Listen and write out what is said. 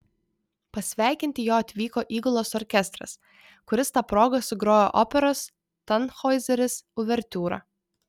pasveikinti jo atvyko įgulos orkestras kuris ta proga sugrojo operos tanhoizeris uvertiūrą